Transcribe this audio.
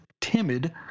timid